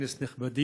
חברי כנסת נכבדים,